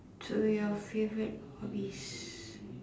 to your favourite hobbies